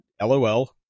LOL